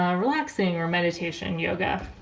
ah relaxing or meditation yoga.